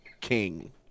King